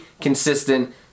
consistent